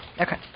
Okay